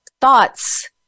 thoughts